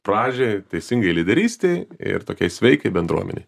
pradžiai teisingai lyderystei ir tokiai sveikai bendruomenei